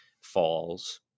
falls